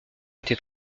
été